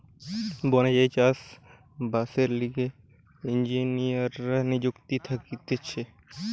বনে যেই চাষ বাসের লিগে ইঞ্জিনীররা নিযুক্ত থাকতিছে